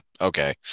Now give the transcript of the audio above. Okay